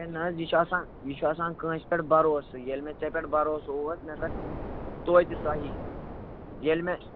ہے نہٕ حظ یہِ چھِ آسان یہِ چھِ آسان کٲنٛسہِ پٮ۪ٹھ بَروسہٕ ییٚلہِ مےٚ ژےٚ پٮ۪ٹھ برٛوسہٕ اوس مےٚ کَتھ تویتہِ تۄہی ییٚلہِ مےٚ